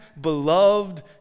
beloved